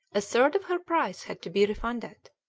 a third of her price had to be refunded.